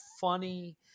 funny